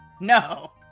no